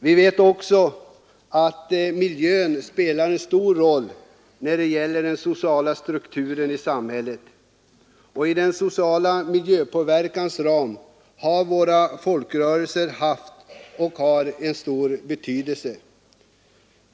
Vi vet också att miljön spelar en stor roll när det gäller den sociala strukturen i samhället. Inom den sociala miljöpåverkans ram har våra folkrörelser haft och har stor betydelse.